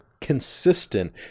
consistent